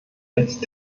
jetzt